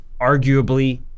arguably